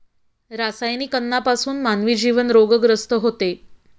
रासायनिक अन्नापासून मानवी जीवन रोगग्रस्त होते